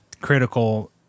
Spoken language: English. critical